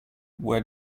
where